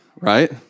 right